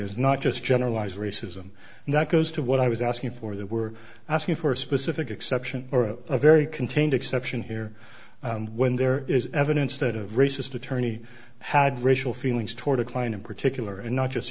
is not just generalized racism and that goes to what i was asking for they were asking for a specific exception or a very contained exception here when there is evidence that a racist attorney had racial feelings toward a client in particular and not just